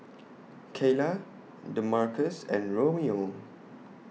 Kaylah Damarcus and Romeo